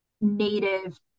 native